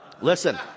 Listen